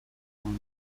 جوان